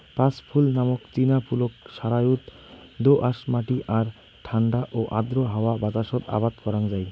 পাঁচু ফুল নামক চিনা ফুলক সারযুত দো আঁশ মাটি আর ঠান্ডা ও আর্দ্র হাওয়া বাতাসত আবাদ করাং যাই